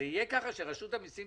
רשות המיסים